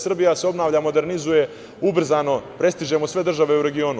Srbija se obnavlja, modernizuje ubrzano, prestižemo sve države u regionu.